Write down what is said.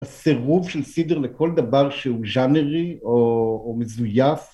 הסירוב של סידר לכל דבר שהוא ז'אנרי או, או מזויף